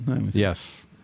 Yes